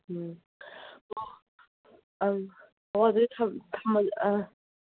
ꯎꯝ ꯑꯪ ꯍꯣꯏ ꯑꯗꯨꯗꯤ ꯊꯝꯃꯒꯦ ꯑ